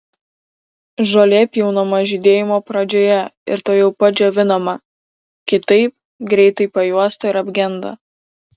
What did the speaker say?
žolė pjaunama žydėjimo pradžioje ir tuojau pat džiovinama kitaip greitai pajuosta ir apgenda